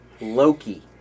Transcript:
Loki